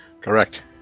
Correct